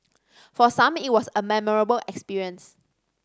for some it was a memorable experience